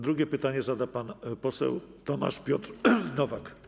Drugie pytanie zada pan poseł Tomasz Piotr Nowak.